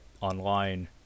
online